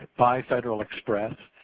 by federal express.